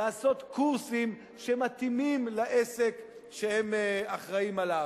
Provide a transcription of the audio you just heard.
לעשות קורסים שמתאימים לעסק שהם אחראים לו.